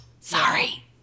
sorry